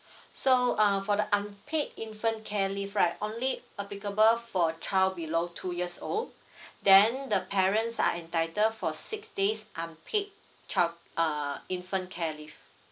so uh for the unpaid infant care leave right only applicable for child below two years old then the parents are entitled for six days unpaid child uh infant care leave